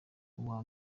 uwa